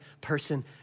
person